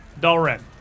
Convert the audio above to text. Dalren